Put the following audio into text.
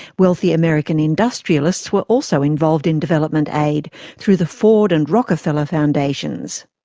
wealthy american industrialists were also involved in development aid through the ford and rockefeller foundations.